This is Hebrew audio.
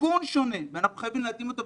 סיכון שונה ואנחנו חייבים להתאים אותו.